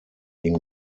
ihm